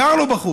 קר לו בחוץ.